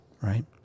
right